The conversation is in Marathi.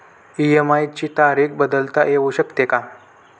इ.एम.आय ची तारीख बदलता येऊ शकते का?